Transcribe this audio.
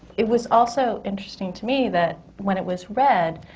it was also interesting to me that when it was read,